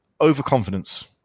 overconfidence